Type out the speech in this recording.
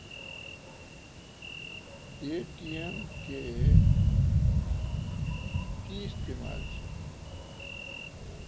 Paytm के कि इस्तेमाल छै?